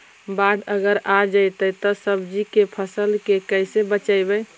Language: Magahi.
बाढ़ अगर आ जैतै त सब्जी के फ़सल के कैसे बचइबै?